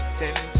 ten